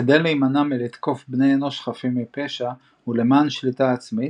בכדי להימנע מלתקוף בני אנוש חפים מפשע ולמען שליטה עצמית,